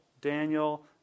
Daniel